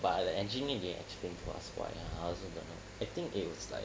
but like the engineer didn't explain to us why I also don't know I think it was like